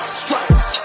stripes